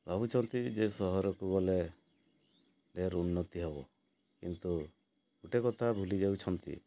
ଭାବୁଛନ୍ତି ଯେ ସହରକୁ ଗଲେ ଢେର୍ ଉନ୍ନତି ହେବ କିନ୍ତୁ ଗୋଟେ କଥା ଭୁଲି ଯାଉଛନ୍ତି